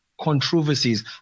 controversies